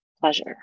pleasure